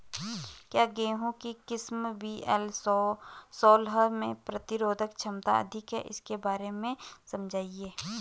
क्या गेहूँ की किस्म वी.एल सोलह में प्रतिरोधक क्षमता अधिक है इसके बारे में समझाइये?